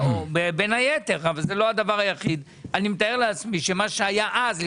אני מתאר לעצמי שמה שהיה אז,